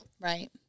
right